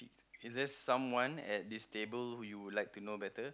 is there someone at this table you would like to know better